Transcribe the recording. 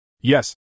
Yes